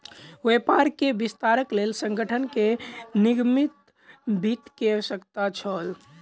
व्यापार के विस्तारक लेल संगठन के निगमित वित्त के आवश्यकता छल